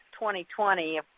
2020